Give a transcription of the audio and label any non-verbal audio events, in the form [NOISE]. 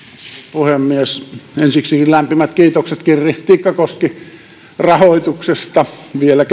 puhemies ensiksi lämpimät kiitokset kirri tikkakoski rahoituksesta vielä [UNINTELLIGIBLE]